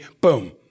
Boom